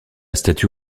statue